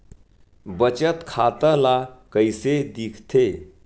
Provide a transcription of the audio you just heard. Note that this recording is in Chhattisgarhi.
बचत खाता ला कइसे दिखथे?